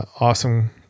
awesome